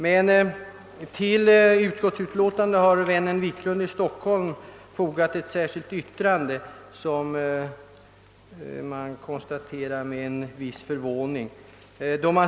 Min vän herr Wiklund i Stockholm har emellertid vid utskottets utlåtande fogat ett särskilt yttrande som man noterar med en viss förvåning.